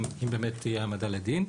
אם באמת תהיה העמדה לדין.